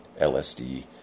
LSD